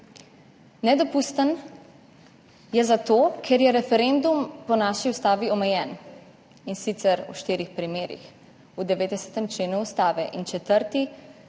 Nedopusten je zato, ker je referendum po naši Ustavi omejen, in sicer v štirih primerih v 90. členu Ustave, in četrti